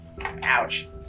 Ouch